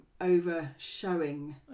over-showing